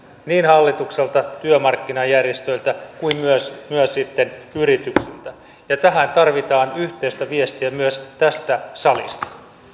niin hallitukselta työmarkkinajärjestöiltä kuin myös myös sitten yrityksiltä ja tähän tarvitaan yhteistä viestiä myös tästä salista